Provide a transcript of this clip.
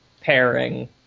pairing